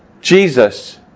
Jesus